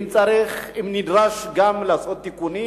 אם נדרש, גם לעשות תיקונים.